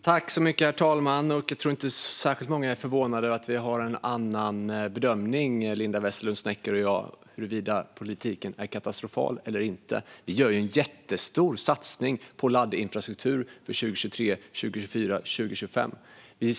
Herr talman! Jag tror inte att särskilt många är förvånade över att Linda Westerlund Snecker och jag gör olika bedömningar av huruvida politiken är katastrofal eller inte. Vi gör en jättestor satsning på laddinfrastruktur för 2023, 2024 och 2025.